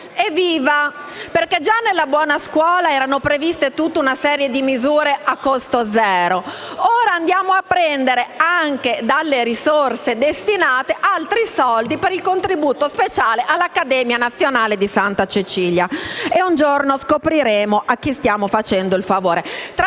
Evviva! Già nella buona scuola era prevista tutta una serie di misure a costo zero, ora andiamo a prendere, dalle risorse destinate, altri soldi per il contributo speciale all'Accademia nazionale di Santa Cecilia e un giorno scopriremo a chi stiamo facendo il favore. Tra